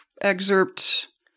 excerpt